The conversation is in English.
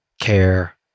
care